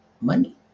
money